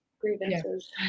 grievances